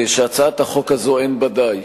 שהצעת החוק הזאת, אין בה די.